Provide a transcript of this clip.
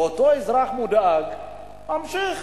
ואותו אזרח מודאג ממשיך